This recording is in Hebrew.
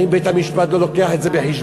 האם בית-המשפט לא מביא את זה בחשבון?